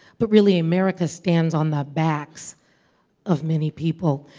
but really america stands on the backs of many people.